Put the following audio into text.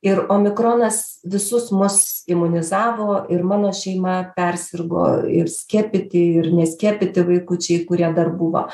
ir omikronas visus mus imunizavo ir mano šeima persirgo ir skiepyti ir neskiepyti vaikučiai kurie dar buvo